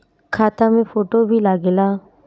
खाता मे फोटो भी लागे ला?